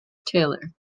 tailor